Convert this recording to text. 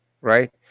right